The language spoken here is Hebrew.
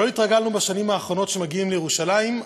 שלא התרגלנו בשנים האחרונות שמגיעים לירושלים,